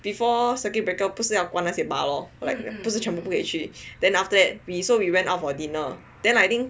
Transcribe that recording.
before circuit breaker 不是要关那些 bar lor 不是全部都不可以去 then after that we so we went out for dinner then I think